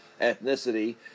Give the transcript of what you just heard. ethnicity